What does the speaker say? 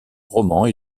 romans